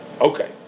Okay